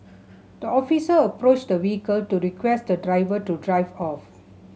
the officer approached the vehicle to request the driver to drive off